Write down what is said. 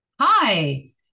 Hi